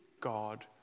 God